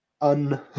un